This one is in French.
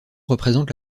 représente